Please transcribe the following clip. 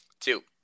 Two